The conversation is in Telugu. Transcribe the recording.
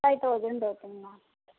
ఫైవ్ థౌజండ్ అవుతుంది మ్యామ్